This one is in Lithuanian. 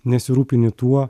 nesirūpini tuo